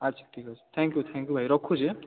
ଆଚ୍ଛା ଠିକ୍ ଅଛି ଥ୍ୟାଙ୍କ୍ ୟୁ ଥ୍ୟାଙ୍କ୍ ୟୁ ଭାଇ ରଖୁଛି ହାଁ